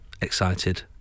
excited